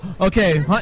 Okay